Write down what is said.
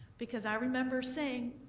because i remember saying,